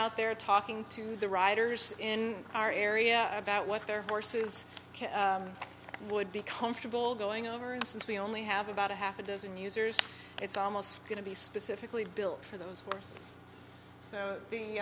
out there talking to the riders in our area about what their horses would be comfortable going over and since we only have about a half a dozen users it's almost going to be specifically built for